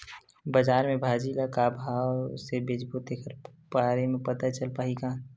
बजार में भाजी ल का भाव से बेचबो तेखर बारे में पता चल पाही का?